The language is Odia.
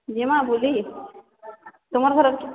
ଜିମା ବୁଲି ତୁମର ଘର